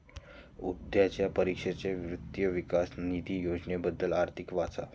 उद्याच्या परीक्षेसाठी वित्त विकास निधी योजनेबद्दल अधिक वाचा